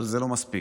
אבל זה לא מספיק.